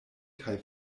kaj